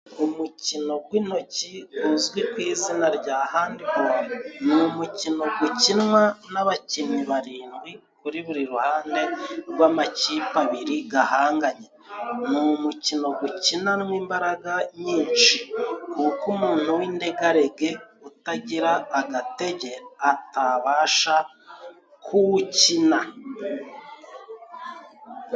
umukino gw' intoki guzwi ku izina rya handibolo ni umukino gukinwa n'abakinnyi barindwi kuri buri ruhande rw'amakipe abiri gahanganye, ni umukino gukinanwa imbaraga nyinshi kuko umuntu w'indegarege utagira agatege atabasha kuwukina.